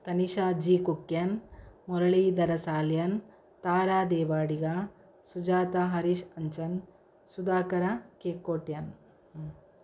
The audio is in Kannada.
Tanisha G Kukyan Muraleedhara Salyan Tara Devadiga Sujata Harish Anchan Sudhakara K Kotian